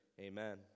Amen